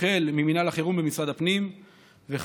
החל ממינהל החירום במשרד הפנים וכלה